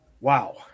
Wow